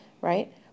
right